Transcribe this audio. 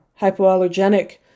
hypoallergenic